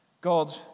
God